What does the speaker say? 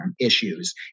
issues